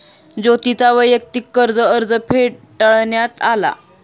ज्योतीचा वैयक्तिक कर्ज अर्ज फेटाळण्यात आला